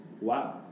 wow